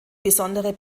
besondere